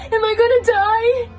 am i gonna die?